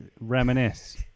reminisce